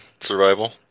survival